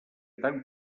tant